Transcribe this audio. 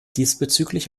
diesbezüglich